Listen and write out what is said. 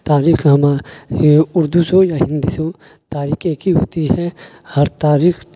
تاریخ یہ اردو سے ہو یا ہندی سے ہو تاریخ ایک ہی ہوتی ہے ہر تاریخ